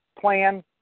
plan